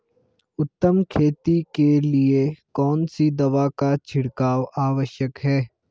उत्तम खेती के लिए कौन सी दवा का छिड़काव आवश्यक है?